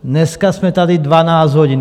Dneska jsme tady dvanáct hodin.